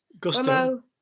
Gusto